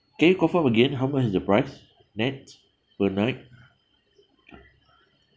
can you confirm again how much is the price nett per night